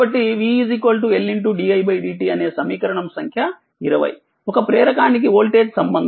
కాబట్టిvLdidtఅనేసమీకరణంసంఖ్య 20 ఒక ప్రేరకానికి వోల్టేజ్ సంబంధం